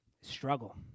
struggle